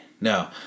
No